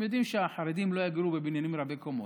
הם יודעים שהחרדים לא יגורו בבניינים רבי קומות.